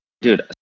dude